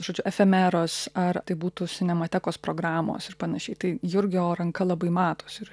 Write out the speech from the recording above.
žodžiu efemeros ar tai būtų sinematekos programos ir panašiai tai jurgio ranka labai matos ir